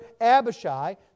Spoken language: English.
Abishai